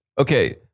Okay